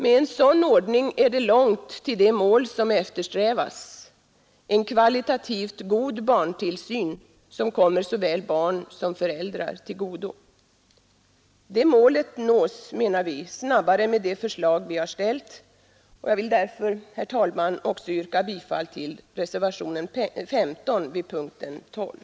Med en sådan ordning är det långt till det mål som eftersträvas — en kvalitativt god barntillsyn som kommer såväl barn som föräldrar till godo. Det målet nås, menar vi, snabbare genom ett förverkligande av det förslag som vi har ställt. Jag vill därför, herr talman, också yrka bifall till reservationen 15 vid punkten 12.